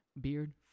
Beard